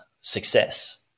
success